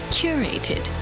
curated